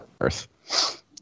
earth